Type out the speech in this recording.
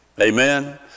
Amen